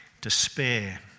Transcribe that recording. Despair